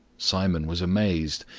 simon was amazed.